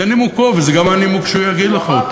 זה נימוקו, וזה גם הנימוק שהוא יגיד לך.